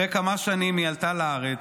אחרי כמה שנים צ'חלה עלתה לארץ,